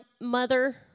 mother